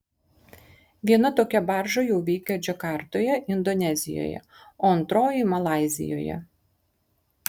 viena tokia barža jau veikia džakartoje indonezijoje o antroji malaizijoje